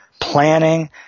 planning